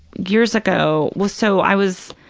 years ago, well, so i was,